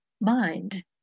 mind